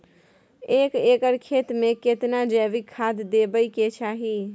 एक एकर खेत मे केतना जैविक खाद देबै के चाही?